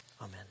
Amen